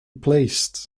placed